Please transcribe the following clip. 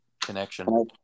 connection